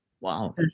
Wow